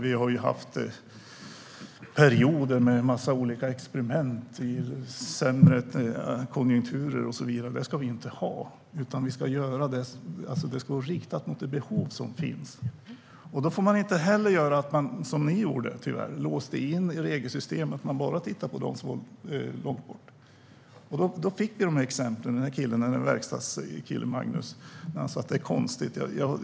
Vi har haft perioder med en massa olika experiment i sämre konjunkturer och så vidare. Det ska vi inte ha, utan det ska vara riktat mot det behov som finns. Då får man inte heller göra som ni tyvärr gjorde när ni låste in i regelsystemet och bara tittade på dem som var långt borta. Då fick vi exempel som den här verkstadskillen Magnus. Han sa: Det är konstigt.